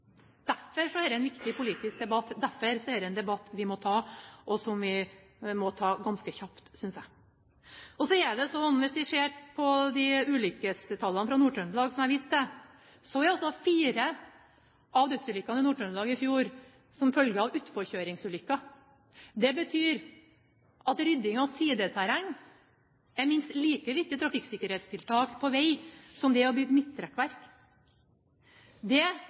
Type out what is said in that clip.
Derfor er dette en viktig politisk debatt. Derfor er dette en debatt vi må ta, og som vi må ta ganske kjapt, synes jeg. Hvis vi ser på ulykkestallene fra Nord-Trøndelag, som jeg viste til, er det sånn at fire av dødsulykkene i Nord-Trøndelag i fjor er en følge av utforkjøringsulykker. Det betyr at rydding av sideterreng er et minst like viktig trafikksikkerhetstiltak på vei som det å bygge midtrekkverk. Det